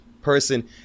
person